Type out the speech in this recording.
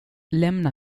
lämna